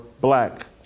black